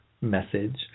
message